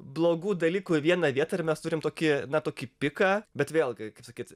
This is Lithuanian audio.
blogų dalykų į vieną vietą ir mes turim tokį na tokį piką bet vėlgi kaip sakyt